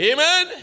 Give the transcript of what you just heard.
Amen